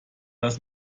das